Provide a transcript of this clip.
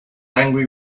angry